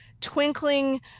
twinkling